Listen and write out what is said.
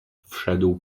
wszedł